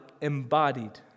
embodied